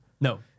No